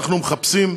אנחנו מחפשים,